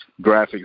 graphics